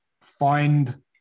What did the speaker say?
find